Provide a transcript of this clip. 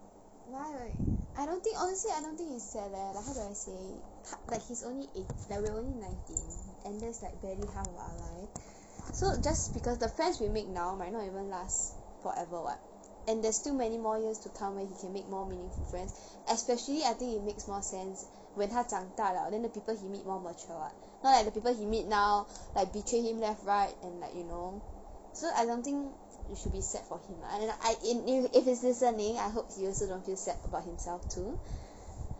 why like I don't think honestly I don't think it's sad leh like how do I say it ta~ like he's only eigh~ like we're only nineteen and that's like barely half of our life so just because the friends we make now might not even last forever [what] and there's still many more years to come where he can make more meaningful friends especially I think it makes more sense when 他长大了 then the people he meet more mature [what] not like the people he meet now like betray him left right and like you know so I don't think you should be sad for him lah I don't know I in ne~ if he's listening I hope he also don't feel sad about himself too